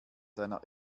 seiner